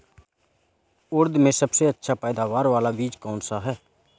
उड़द में सबसे अच्छा पैदावार वाला बीज कौन सा है?